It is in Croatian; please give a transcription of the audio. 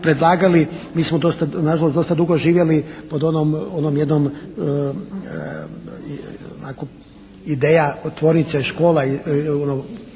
dosta, nažalost dosta dugo živjeli pod onom, onom jednom ideja tvornice škola,